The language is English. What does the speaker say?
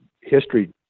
history